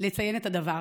לציין את הדבר